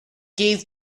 gave